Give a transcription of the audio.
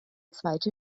zweite